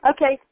Okay